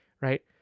Right